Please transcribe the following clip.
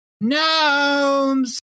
Gnomes